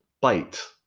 bite